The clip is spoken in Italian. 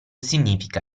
significa